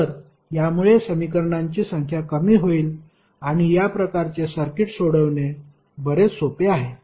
तर यामुळे समीकरणांची संख्या कमी होईल आणि या प्रकारचे सर्किट सोडवणे बरेच सोपे आहे